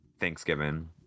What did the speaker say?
Thanksgiving